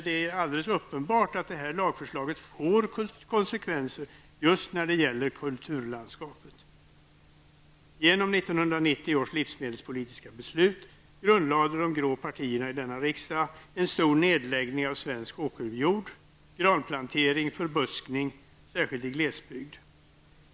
Det är alldeles uppenbart att det här lagförslaget får konsekvenser just när det gäller kulturlandskapet. Genom 1990 års livsmedelspolitiska beslut grundlade de grå partierna i riksdagen en stor nedläggning av svensk åkerjord, granplantering och förbuskning, särskilt i glesbygd.